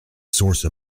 source